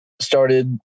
started